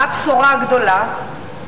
מה הבשורה הגדולה?